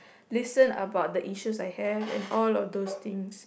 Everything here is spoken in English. listen about the issues I have and all of those things